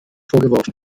vorgeworfen